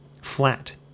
flat